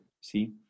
see